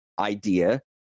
idea